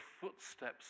footsteps